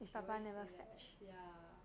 he always say that ya